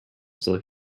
still